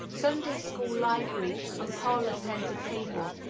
sunday-school library, and parlor centre-table,